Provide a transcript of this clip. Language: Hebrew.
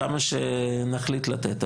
כמה שנחליט לתת.